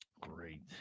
Great